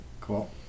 Cool